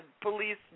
police